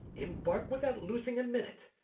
embark without losing a minute.